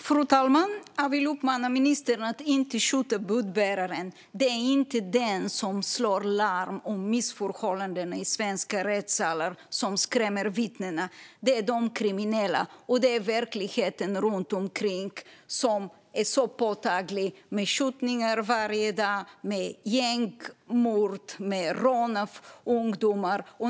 Fru talman! Jag vill uppmana ministern att inte skjuta budbäraren. Det är inte den som slår larm om missförhållanden i svenska rättssalar som skrämmer vittnen, utan det är de kriminella. Det är verkligheten runt omkring som är så påtaglig med skjutningar varje dag, med gängmord och med rån av ungdomar.